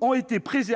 entreprises